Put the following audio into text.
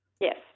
Yes